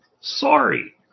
Sorry